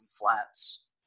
flats